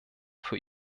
für